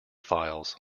files